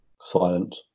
Silent